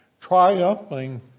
triumphing